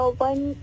one